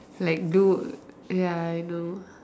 like do ya I know